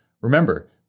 remember